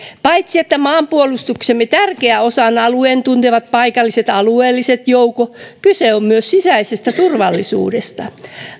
paitsi että maanpuolustuksemme tärkeä osa on alueen tuntevat paikalliset alueelliset joukot kyse on myös sisäisestä turvallisuudesta